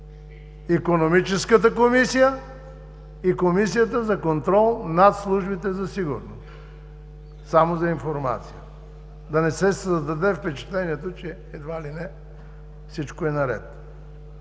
Икономическата комисия и Комисията за контрол над службите за сигурност. Само за информация! За да не се създаде впечатление, че всичко е наред!